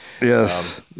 Yes